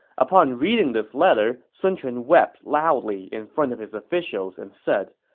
upon reading this letter, sun quan wept loudly in front of his officials and said,